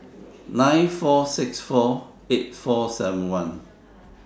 nine four six four eight four seven one